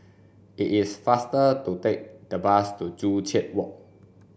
it is faster to take the bus to Joo Chiat Walk